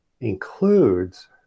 includes